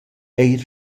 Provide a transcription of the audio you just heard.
eir